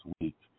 week